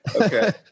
okay